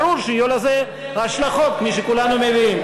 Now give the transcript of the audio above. ברור שיהיו לזה השלכות כפי שכולנו מבינים.